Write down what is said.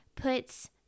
puts